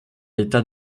l’état